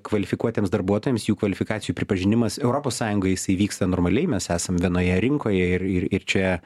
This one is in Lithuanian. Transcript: kvalifikuotiems darbuotojams jų kvalifikacijų pripažinimas europos sąjungoj jisai vyksta normaliai mes esam vienoje rinkoje ir ir ir čia